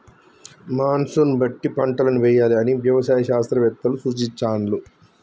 monsoon బట్టి పంటలను వేయాలి అని వ్యవసాయ శాస్త్రవేత్తలు సూచించాండ్లు